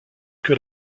que